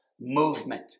Movement